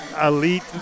elite